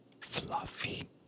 fluffy